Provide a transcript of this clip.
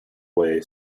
way